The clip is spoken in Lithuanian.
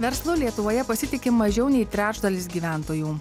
verslu lietuvoje pasitiki mažiau nei trečdalis gyventojų